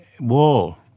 wall